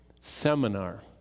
seminar